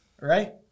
Right